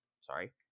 Sorry